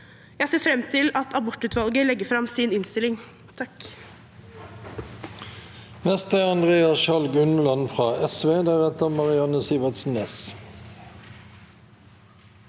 Jeg ser fram til at abortutvalget legger fram sin innstilling.